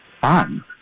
fun